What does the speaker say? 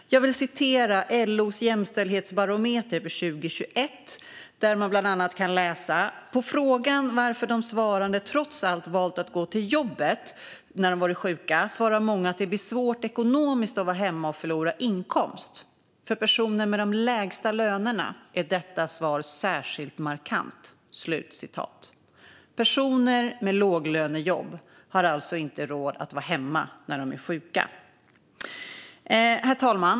Jag vill citera LO:s jämställdhetsbarometer för 2021. Där kan vi bland annat läsa: "På frågan varför de svarande trots allt valt att gå till jobbet svarar många att detta eller att det blir svårt ekonomiskt att vara hemma sjuk och förlora inkomst. För personer med de lägsta lönerna är detta svar särskilt markant." Personer med låglönejobb har alltså inte råd att vara hemma när de är sjuka. Herr talman!